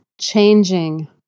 changing